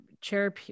chair